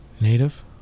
Native